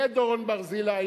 יהיה דורון ברזילי,